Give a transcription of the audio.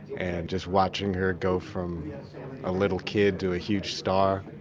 and just watching her go from a little kid to a huge star,